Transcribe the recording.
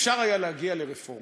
אפשר היה להגיע לרפורמה,